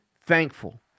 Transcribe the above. thankful